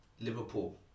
Liverpool